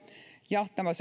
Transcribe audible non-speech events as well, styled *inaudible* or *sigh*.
ja tämä *unintelligible*